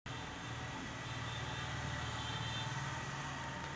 चीनमध्ये गोड पाण्यातील झिगाची सर्वात जास्त लागवड केली जाते